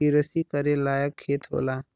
किरसी करे लायक खेत होला